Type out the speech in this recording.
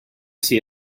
see